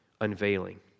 unveiling